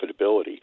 profitability